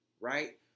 right